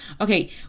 okay